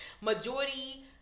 majority